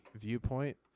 viewpoint